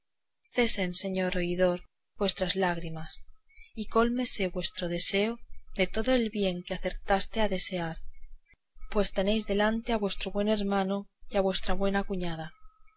dijo cesen señor oidor vuestras lágrimas y cólmese vuestro deseo de todo el bien que acertare a desearse pues tenéis delante a vuestro buen hermano y a vuestra buena cuñada